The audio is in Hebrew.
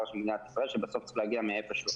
של מדינת ישראל שבסוף צריך להגיע מאיפשהו,